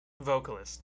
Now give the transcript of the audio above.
vocalist